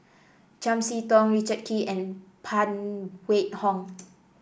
Chiam See Tong Richard Kee and Phan Wait Hong